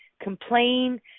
complain